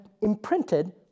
imprinted